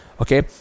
Okay